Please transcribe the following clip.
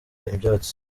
ibyatsi